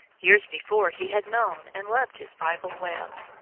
years before he had known and loved his bible well.